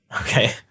Okay